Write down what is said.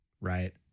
right